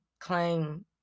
claim